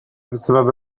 بسبب